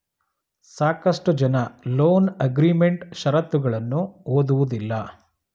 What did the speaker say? ಸಾಕಷ್ಟು ಜನ loan agreement ಶರತ್ತುಗಳನ್ನು ಓದುವುದಿಲ್ಲ